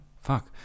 fuck